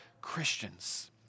Christians